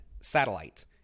satellite